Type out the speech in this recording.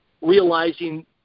realizing